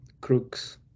crooks